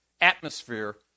atmosphere